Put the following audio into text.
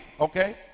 Okay